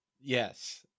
Yes